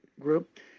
group